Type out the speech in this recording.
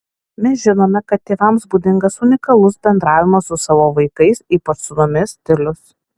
mes žinome kad tėvams būdingas unikalus bendravimo su savo vaikais ypač sūnumis stilius